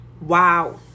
wow